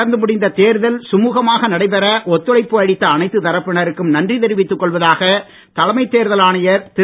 நடந்து முடிந்த தேர்தல் சுமுகமாக நடைபெற ஒத்துழைப்பு அளித்த அனைத்து தரப்பினருக்கும் நன்றி தெரிவித்துக் கொள்வதாக தலைமை தேர்தல் ஆணையர் திரு